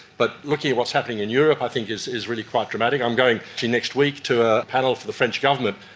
but looking at what's happening in europe i think is is really quite dramatic. i'm going actually next week to a panel for the french government,